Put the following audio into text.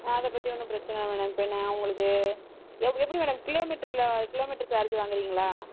அதை பற்றி ஒன்றும் பிரச்சினை இல்லை மேடம் இப்போ நான் அவங்களுக்கு எப் எப்படி மேடம் கிலோ மீட்டரில் கிலோ மீட்டர் சார்ஜ் வாங்குகிறீங்களா